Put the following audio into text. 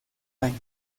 años